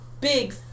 big